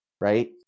right